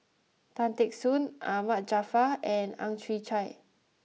Tan Teck Soon Ahmad Jaafar and Ang Chwee Chai